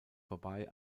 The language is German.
vorbei